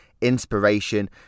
inspiration